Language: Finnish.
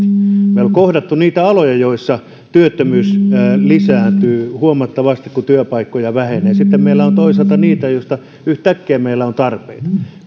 meillä on kohdattu niitä aloja joissa työttömyys lisääntyy huomattavasti kun työpaikkoja vähenee sitten meillä on toisaalta niitä aloja joilla yhtäkkiä meillä on tarpeita